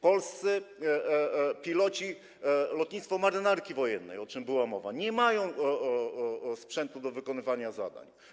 Polscy piloci, lotnictwo Marynarki Wojennej, o czym była mowa, nie mają sprzętu do wykonywania zadań.